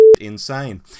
insane